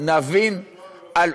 נבין על,